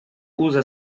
usa